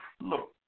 Look